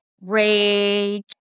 rage